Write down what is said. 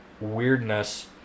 weirdness